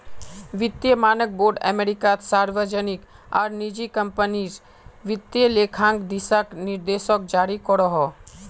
वित्तिय मानक बोर्ड अमेरिकात सार्वजनिक आर निजी क्म्पनीर वित्तिय लेखांकन दिशा निर्देशोक जारी करोहो